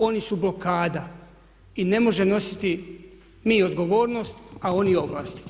Oni su blokada i ne može nositi ni odgovornost a oni ovlasti.